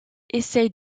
essaye